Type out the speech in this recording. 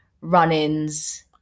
run-ins